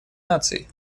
наций